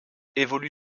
évolue